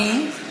מי?